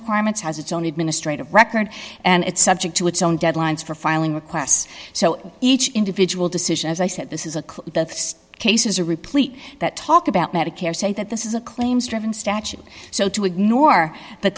acquirements has its own administrative record and it's subject to its own deadlines for filing requests so each individual decision as i said this is a case is a replete that talk about medicare say that this is a claims driven statute so to ignore the